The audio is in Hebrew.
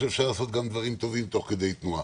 אני חושב שאפשר לעשות גם דברים טובים תוך כדי תנועה.